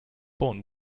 born